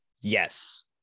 Yes